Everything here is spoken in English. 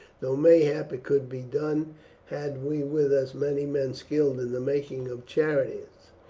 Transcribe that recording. though mayhap it could be done had we with us many men skilled in the making of chariots.